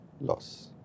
loss